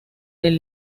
del